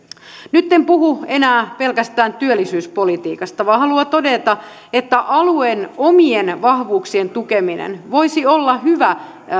nyt en puhu enää pelkästään työllisyyspolitiikasta vaan haluan todeta että alueen omien vahvuuksien tukeminen voisi olla hyvä